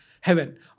Heaven